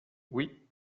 oui